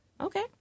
Okay